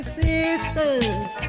sisters